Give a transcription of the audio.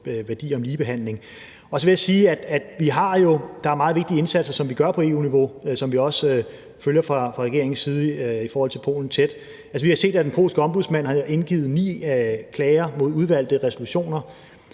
værdier om ligebehandling. Så vil jeg jo også sige, at der er nogle meget vigtige indsatser, som vi gør på EU-niveau, og som vi fra regeringens side også følger tæt i forhold til Polen. Vi har jo set, at den polske ombudsmand har indgivet ni klager mod udvalgte resolutioner